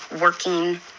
working